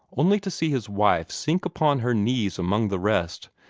only to see his wife sink upon her knees among the rest,